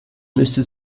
müsste